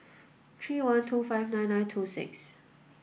three one two five nine nine two six